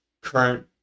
current